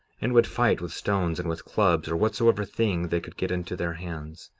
and would fight with stones, and with clubs, or whatsoever thing they could get into their hands,